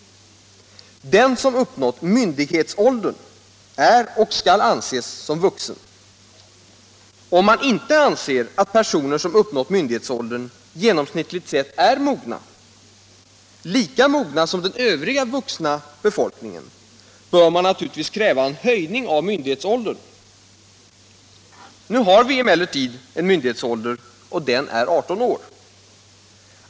Den som uppnått myndighetsålder är och skall anses som vuxen. Om man inte anser att personer som uppnått myndighetsåldern genomsnittligt sett är mogna, lika mogna som den övriga vuxna befolkningen, bör man naturligtvis kräva en höjning av myndighetsåldern. Nu har vi emellertid en myndighetsålder och den är 18 år.